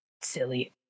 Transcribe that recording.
silly